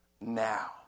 now